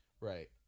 Right